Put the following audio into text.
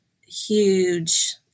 huge